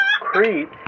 Crete